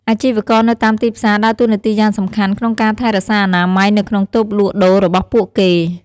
អាជីវករនៅតាមទីផ្សារដើរតួនាទីយ៉ាងសំខាន់ក្នុងការថែរក្សាអនាម័យនៅក្នុងតូបលក់ដូររបស់ពួកគេ។